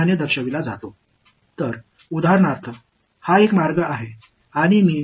எனவே எடுத்துக்காட்டாக இது ஒரு பாதை அதை நான் என்று குறிக்கிறேன்